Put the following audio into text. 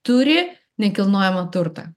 turi nekilnojamą turtą